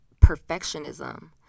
perfectionism